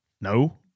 no